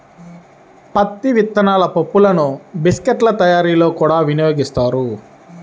పత్తి విత్తనాల పప్పులను బిస్కెట్ల తయారీలో కూడా వినియోగిస్తారు